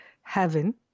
heaven